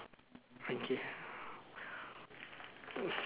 okay